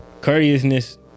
courteousness